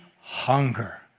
hunger